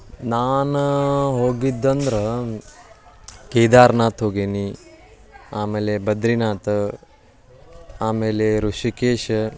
ನಾನು ಹೋಗಿದ್ದು ಅಂದ್ರೆ ಕೇದಾರ್ನಾಥ್ ಹೋಗೇನಿ ಆಮೇಲೆ ಬದರಿನಾಥ ಆಮೇಲೆ ಋಷಿಕೇಶ